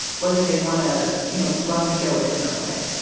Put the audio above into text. whether they want to, you know, run the show a different way?